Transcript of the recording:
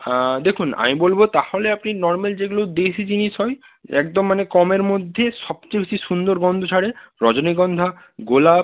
হ্যাঁ দেখুন আমি বলব তাহলে আপনি নর্মাল যেগুলো দেশি জিনিস হয় একদম মানে কমের মধ্যে সবচেয়ে বেশি সুন্দর গন্ধ ছাড়ে রজনীগন্ধা গোলাপ